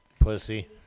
Pussy